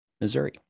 Missouri